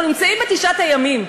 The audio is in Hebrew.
אנחנו נמצאים בתשעת הימים.